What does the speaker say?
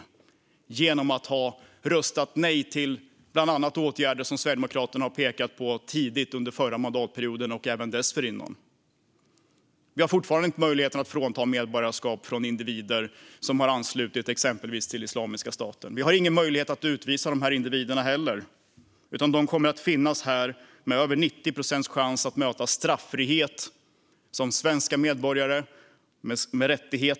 Det har man gjort genom att man röstat nej till åtgärder som bland annat Sverigedemokraterna har pekat på tidigt under förra mandatperioden och även dessförinnan. Vi har fortfarande inte möjligheten att frånta medborgarskap från individer som exempelvis har anslutit sig till Islamiska staten. Vi har heller ingen möjlighet att utvisa de här individerna. De kommer att finnas här med över 90 procents chans att möta straffrihet som svenska medborgare med rättigheter.